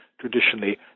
traditionally